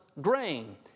grain